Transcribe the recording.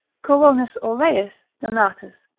coronis aureis donatus,